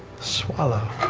swallow.